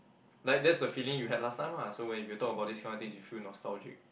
like that's the feeling you had last time ah so when if you talk about these kind of things you feel nostalgic